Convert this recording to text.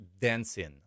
dancing